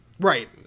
Right